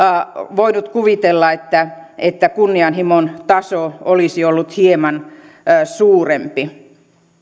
voinut kuvitella että että kunnianhimon taso olisi ollut hieman suurempi